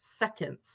seconds